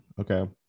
Okay